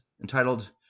entitled